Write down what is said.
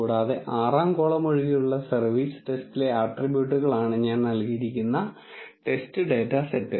കൂടാതെ ആറാം കോളം ഒഴികെയുള്ള സർവീസ് ടെസ്റ്റിലെ ആട്രിബ്യൂട്ടുകളാണ് ഞാൻ നൽകിയിരിക്കുന്ന ടെസ്റ്റ് ഡാറ്റ സെറ്റ്